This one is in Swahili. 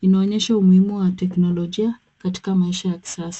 Inaonyesha umuhimu wa teknolojia katika maisha ya kisasa.